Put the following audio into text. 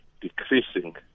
decreasing